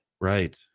Right